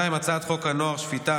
2. הצעת חוק הנוער (שפיטה,